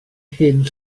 hyn